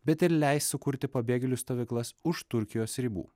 bet ir leis sukurti pabėgėlių stovyklas už turkijos ribų